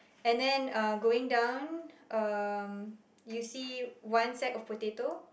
and then uh going down um you see one sack of potato